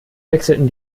wechselten